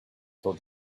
told